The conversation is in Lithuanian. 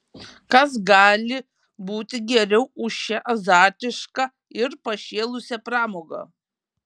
kas gali būti geriau už šią azartišką ir pašėlusią pramogą